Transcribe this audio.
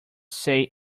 say